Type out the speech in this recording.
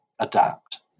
adapt